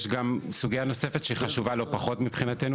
יש גם סוגיה נוספת שהיא חשובה לא פחות מבחינתנו